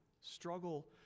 struggle